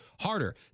harder